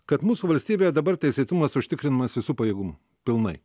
kad mūsų valstybėje dabar teisėtumas užtikrinamas visu pajėgumu pilnai